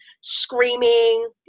screaming